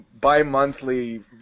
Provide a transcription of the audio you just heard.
bi-monthly